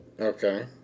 Okay